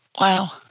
Wow